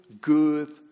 good